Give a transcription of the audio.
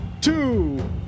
two